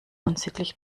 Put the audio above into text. unsittlich